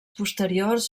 posteriors